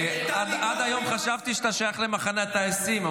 עד היום חשבתי שאתה שייך למחנה הטייסים,